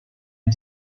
and